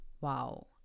Wow